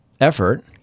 effort